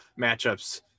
matchups